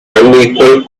unequal